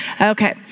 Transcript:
Okay